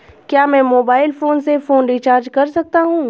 क्या मैं mobile phone से फोन रिचार्ज कर सकता हूं?